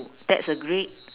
that's a great